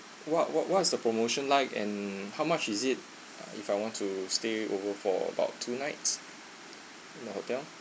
what what what is the promotion like and how much is it uh if I want to stay over for about two nights in the hotel